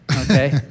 Okay